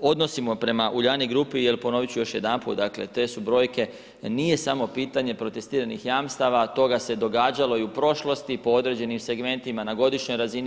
odnosimo prema Uljanik grupi jer ponoviti ću još jedanput, dakle te su brojke, nije samo pitanje protestiranih jamstava, toga se događalo i u prošlosti po određenim segmentima na godišnjoj razini.